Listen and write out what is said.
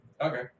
Okay